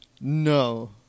No